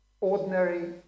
ordinary